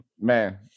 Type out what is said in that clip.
man